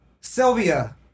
Sylvia